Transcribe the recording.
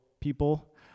people